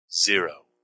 zero